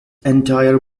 entire